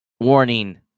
warning